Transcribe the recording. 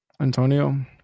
Antonio